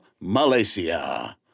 Malaysia